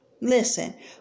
Listen